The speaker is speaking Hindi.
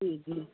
जी जी